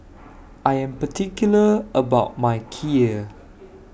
I Am particular about My Kheer